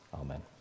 Amen